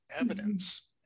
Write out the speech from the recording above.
evidence